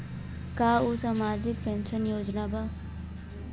का उ सामाजिक पेंशन योजना बा?